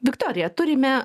viktorija turime